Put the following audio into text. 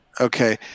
Okay